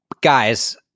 Guys